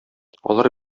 алар